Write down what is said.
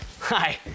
hi